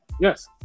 Yes